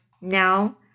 now